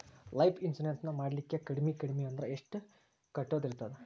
Life insurance ನ ಮಾಡ್ಲಿಕ್ಕೆ ಕಡ್ಮಿ ಕಡ್ಮಿ ಅಂದ್ರ ಎಷ್ಟ್ ಕಟ್ಟೊದಿರ್ತದ?